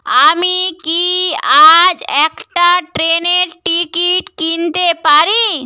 আমি কি আজ একটা ট্রেনের টিকিট কিনতে পারি